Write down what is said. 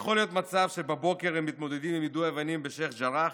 יכול להיות מצב שבבוקר הם מתמודדים עם יידוי אבנים בשייח' ג'ראח,